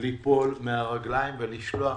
ליפול מהרגליים ולשלוח